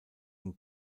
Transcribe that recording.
und